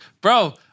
bro